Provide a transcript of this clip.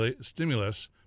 stimulus